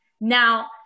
Now